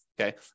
okay